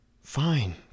fine